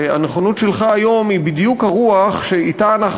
שהנכונות שלך היום היא בדיוק הרוח שדרכה